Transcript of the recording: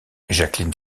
jacqueline